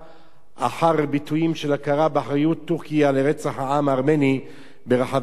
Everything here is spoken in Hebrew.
אחר ביטויים של הכרה באחריות טורקיה לרצח העם הארמני ברחבי העולם,